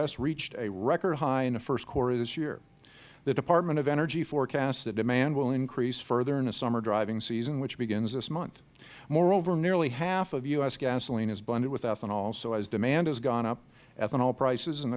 s reached a record high in the first quarter of this year the department of energy forecasts that demand will increase further in the summer driving season which begins this month moreover nearly half of u s gasoline is blended with ethanol so as demand has gone up ethanol prices and